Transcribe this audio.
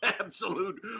absolute